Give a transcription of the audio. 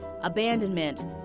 Abandonment